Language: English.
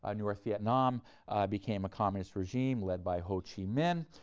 ah north vietnam became a communist regime, led by ho chi minh,